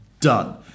done